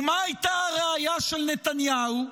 מה הייתה הראיה של נתניהו?